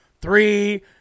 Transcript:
three